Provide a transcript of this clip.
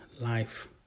life